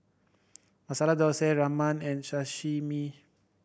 Masala Dosa Ramen and Sashimi